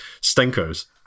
stinkers